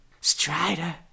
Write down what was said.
Strider